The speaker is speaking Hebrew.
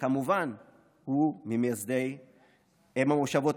וכמובן הוא ממייסדי אם המושבות,